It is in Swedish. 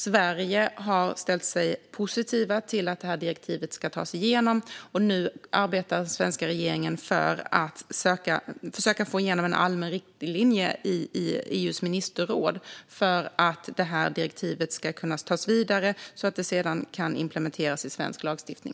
Sverige har ställt sig positivt till att direktivet ska tas igenom, och nu arbetar den svenska regeringen för att försöka få igenom en allmän riktlinje i EU:s ministerråd för att direktivet ska kunna tas vidare och sedan kunna implementeras i svensk lagstiftning.